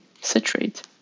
citrate